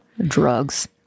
Drugs